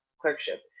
clerkship